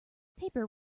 paper